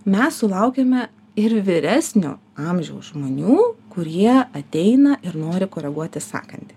mes sulaukiame ir vyresnio amžiaus žmonių kurie ateina ir nori koreguoti sąkandį